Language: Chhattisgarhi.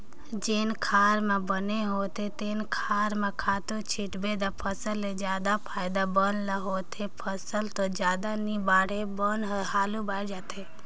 जेन खार म बन होथे तेन खार म खातू छितबे त फसल ले जादा फायदा बन ल होथे, फसल तो जादा नइ बाड़हे बन हर हालु बायड़ जाथे